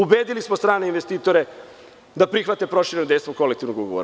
Ubedili smo strane investitore da prihvate prošireno dejstvo kolektivnog ugovora.